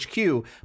HQ